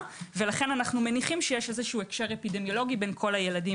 ולכן אנו מניחים שיש הקשר אפידמיולוגי בין כל הילדים